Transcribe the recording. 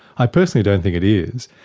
i personally don't think it is,